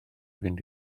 fynd